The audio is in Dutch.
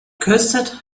koestert